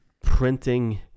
Printing